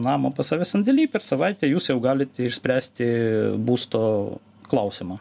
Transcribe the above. namo pas save sandėly per savaitę jūs jau galite išspręsti būsto klausimą